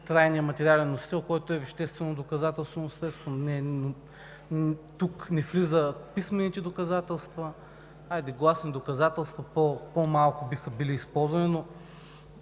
трайния материален носител, който е веществено доказателствено средство. Тук не влизат писмените доказателства. Гласните доказателства по-малко биха били използвани, но